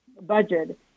budget